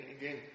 again